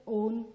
own